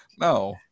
no